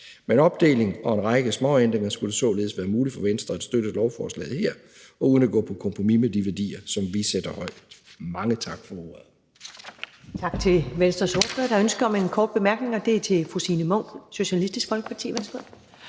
en opdeling og en række små ændringer skulle det således være muligt for Venstre at støtte lovforslaget her uden at gå på kompromis med de værdier, som vi sætter højt. Mange tak for ordet.